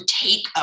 take